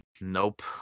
Nope